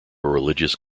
religious